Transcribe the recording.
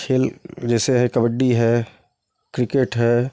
खेल जैसे है कबड्डी है क्रिकेट है